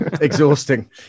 Exhausting